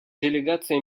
делегация